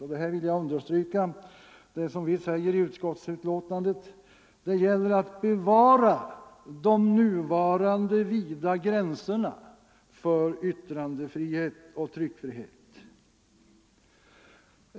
Jag vill understryka att vi i betänkandet säger att det gäller att bevara de nuvarande vida gränserna för yttrandefrihet och tryckfrihet.